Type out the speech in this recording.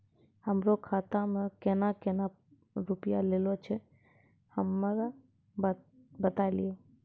हमरो खाता मे केना केना रुपैया ऐलो छै? हमरा बताय लियै?